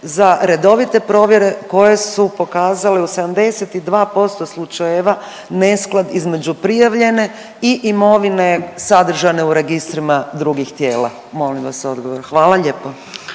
za redovite provjere koje su pokazale u 72% slučajeva nesklad između prijavljene i imovine sadržane u registrima drugih tijela? Molim vas odgovor, hvala lijepo.